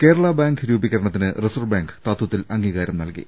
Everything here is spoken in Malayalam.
കേരളാ ബാങ്ക് രൂപീകരണത്തിന് റിസർവ് ബാങ്ക് തത്വത്തിൽ അംഗീകാരം നൽകി